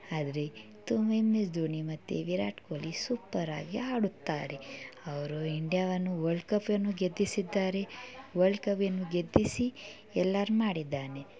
ಆದ್ರೆ ತುಂ M S Dhoni ಮತ್ತು ವಿರಾಟ್ ಕೊಹ್ಲಿ ಸುಪ್ಪರಾಗಿ ಆಡುತ್ತಾರೆ ಅವರು ಇಂಡಿಯಾವನ್ನು ವಲ್ಡ್ಕಫನ್ನು ಗೆಲ್ಲಿಸಿದ್ದಾರೆ ವಲ್ಡ್ಕಪ್ಪನ್ನು ಗೆಲ್ಲಿಸಿ ಎಲ್ಲಾ ಮಾಡಿದ್ದಾನೆ